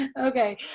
Okay